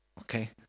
okay